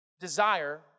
desire